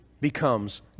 becomes